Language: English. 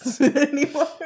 anymore